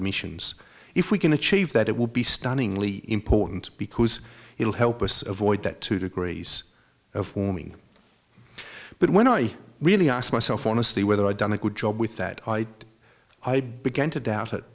emissions if we can achieve that it will be stunningly important because it will help us avoid that two degrees of warming but when i really ask myself honestly whether i've done a good job with that i i began to doubt it